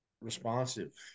responsive